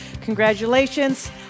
Congratulations